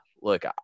Look